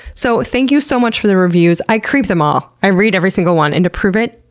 so, thank you so much for the reviews i creep them all. i read every single one and to prove it,